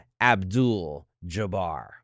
Abdul-Jabbar